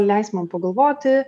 leisk man pagalvoti